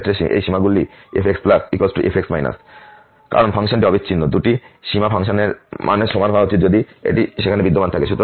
সেই ক্ষেত্রে এই সীমাগুলি fx f কারণ ফাংশনটি অবিচ্ছিন্ন দুটি সীমা ফাংশন মানের সমান হওয়া উচিত যদি এটি সেখানে বিদ্যমান থাকে